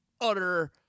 utter